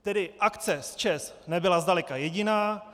Tedy akce s ČEZ nebyla zdaleka jediná.